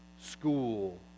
school